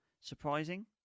Surprising